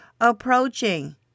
approaching